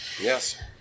yes